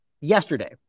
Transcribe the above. yesterday